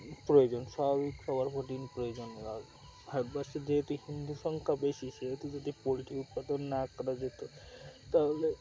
প্রয়োজন স্বাভাবিক সবার প্রোটিন প্রয়োজন নেওয় ভ্যাসে যেহেতু হিন্দু সংখ্যা বেশি সেহেতু যদি পোলট্রি উৎপাদন না করা যেত তাহলে